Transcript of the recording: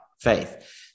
faith